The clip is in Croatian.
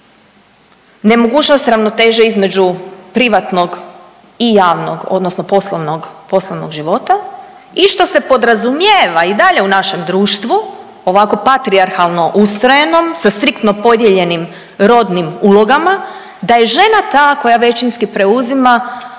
nemogućnost ravnoteže između privatnog i javnog, odnosno poslovnog života i što se podrazumijeva i dalje u našem društvu, ovako patrijarhalno ustrojenom sa striktno podijeljenim rodnim ulogama, da je žena ta koja većinski preuzima